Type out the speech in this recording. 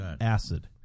acid